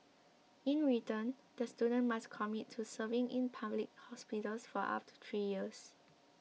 in return the students must commit to serving in public hospitals for up to three years